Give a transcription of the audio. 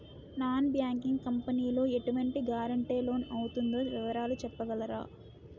Non banking company లో ఎటువంటి guarantee loan నాకు అవుతుందో వివరాలు చెప్పగలరా?